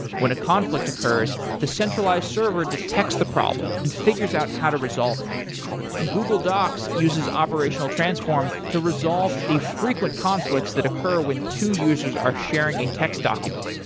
when a conflict occurs, the centralized server detects the problem and figures out how to resolve it google docs uses operational transform to resolve frequent conflicts that occur when two users are sharing a text document.